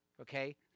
okay